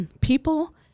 people